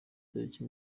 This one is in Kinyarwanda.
tariki